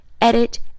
edit